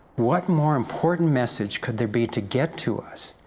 what more important message could there be to get to us,